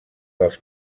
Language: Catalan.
dels